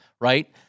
Right